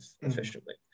efficiently